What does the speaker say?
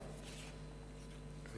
אני